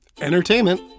entertainment